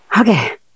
okay